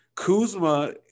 Kuzma